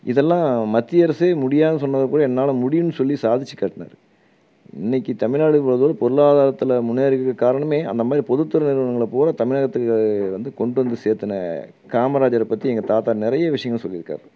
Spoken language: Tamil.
இதெல்லாம் மத்திய அரசே முடியாதுனு சொன்னதை போய் என்னால் முடியுன்னு சொல்லி சாதித்து காட்டினாரு இன்றைக்கு தமிழ்நாடு இவ்வளோ தூரம் பொருளாதாரத்தில் முன்னேறியிருக்க காரணமே அந்த மாதிரி பொதுத்துறை நிறுவனங்களை பூரா தமிழகத்துக்கு வந்து கொண்டு வந்து சேர்த்துன காமராஜரை பற்றி எங்கள் தாத்தா நிறைய விஷயங்கள் சொல்லியிருக்காரு